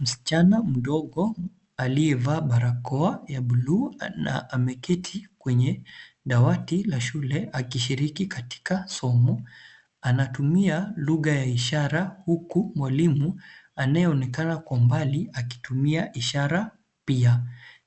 Msichana mdogo aliyevaa barakoa ya blue na ameketi kwenye dawati la shule akishiriki katika somo. Anatumia lugha ya ishara huku mwalimu anayeonekana kwa mbali akitumia ishara pia.